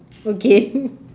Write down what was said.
again